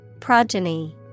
Progeny